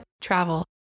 travel